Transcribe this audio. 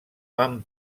van